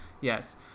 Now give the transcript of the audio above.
yes